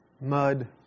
mud